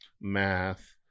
math